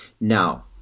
now